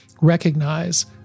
recognize